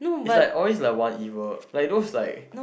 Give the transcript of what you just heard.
it's like always like one evil like those like